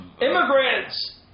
immigrants